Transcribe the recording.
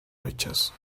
riches